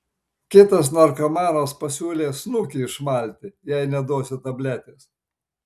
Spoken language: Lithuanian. kitas narkomanas pasiūlė snukį išmalti jei neduosiu tabletės